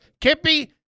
Kippy